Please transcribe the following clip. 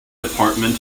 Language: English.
department